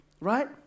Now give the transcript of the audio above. right